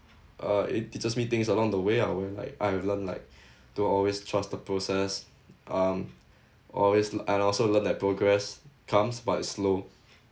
uh it teaches me things along the way ah when like I've learnt like to always trust the process um always l~ and also learn that progress comes by slow